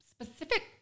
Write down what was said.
specific